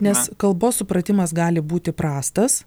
nes kalbos supratimas gali būti prastas